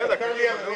יאללה, קדימה.